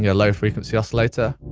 yeah low frequency oscillator.